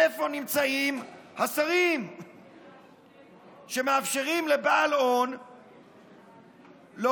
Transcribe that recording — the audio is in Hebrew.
איפה נמצאים השרים שמאפשרים לבעל הון להוציא